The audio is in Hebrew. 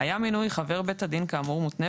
היה מינוי חבר בית הדין כאמור מותנה